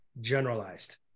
generalized